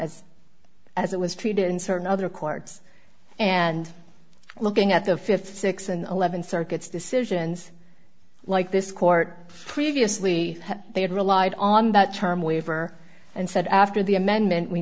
forfeiture as it was treated in certain other courts and looking at the fifth six and eleven circuits decisions like this court previously they had relied on that term waiver and said after the amendment we